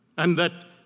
and that